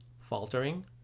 Faltering